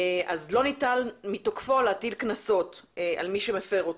לא ניתן מתוקפו להטיל קנסות על מי שמפר אותו.